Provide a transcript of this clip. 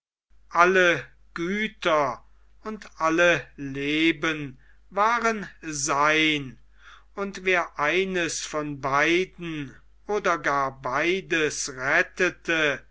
alle güter und alle lehen waren sein und wer eines von beiden oder gar beides rettete